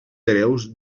hereus